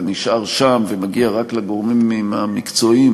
נשאר שם ומגיע רק לגורמים המקצועיים.